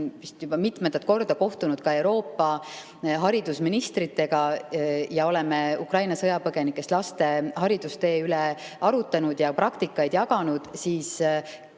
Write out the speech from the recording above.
vist juba mitmendat korda kohtunud Euroopa haridusministritega ning oleme Ukraina sõjapõgenikest laste haridustee üle arutlenud ja praktikaid jaganud, siis